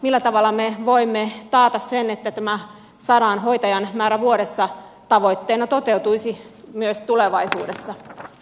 millä tavalla me voimme taata sen että tämä sadan hoitajan määrä vuodessa tavoitteena toteutuisi myös tulevaisuudessa